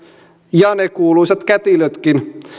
ja ne kuuluisat kätilötkin